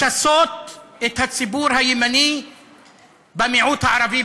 לשסות את הציבור הימני במיעוט הערבי,